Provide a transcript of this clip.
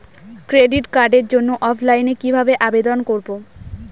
Credit কার্ডের জন্য অফলাইনে কিভাবে আবেদন করব?